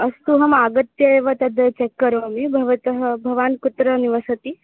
अस्तु अहम् अगत्यैव तद् चेक् करोमि भवतः भवान् कुत्र निवसति